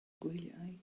gwyliau